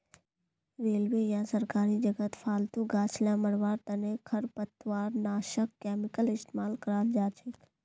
railway या सरकारी जगहत फालतू गाछ ला मरवार तने खरपतवारनाशक केमिकल इस्तेमाल कराल जाछेक